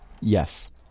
Yes